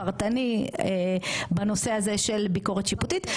פרטני בנושא הזה של ביקורת שיפוטית.